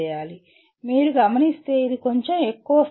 మీరు గమనిస్తే ఇది కొంచెం ఎక్కువ స్థాయి